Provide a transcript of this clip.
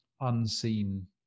unseen